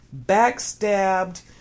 backstabbed